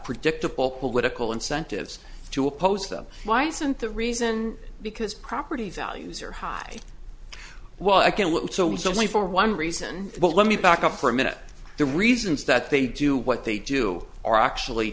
predictable political incentives to oppose them why isn't the reason because property values are high well again what so it's only for one reason but let me back up for a minute the reasons that they do what they do are actually